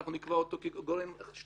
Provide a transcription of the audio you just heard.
אנחנו נקבע אותו כגורם שלילי,